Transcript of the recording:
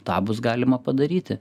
tą bus galima padaryti